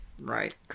Right